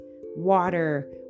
water